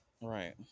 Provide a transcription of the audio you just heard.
Right